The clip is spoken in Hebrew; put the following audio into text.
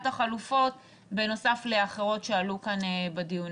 החלופות בנוסף לאחרות שעלו כאן בדיונים.